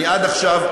עד עכשיו,